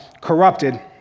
corrupted